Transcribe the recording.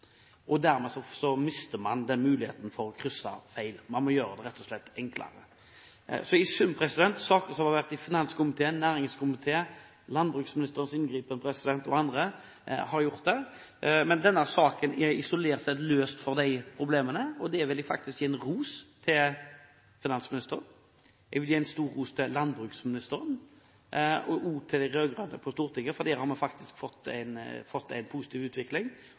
og dermed også refusjonsberettiget. Dermed mister man muligheten til å krysse feil, man gjør det rett og slett enklere. I sum har saken vært i finanskomiteen, i næringskomiteen, hatt landbruksministerens inngripen og annet, men denne saken er isolert sett løst fra de problemene. Jeg vil faktisk gi ros til finansministeren, jeg vil gi ros til landbruksministeren, og også til de rød-grønne partiene på Stortinget, for vi har hatt en positiv utvikling.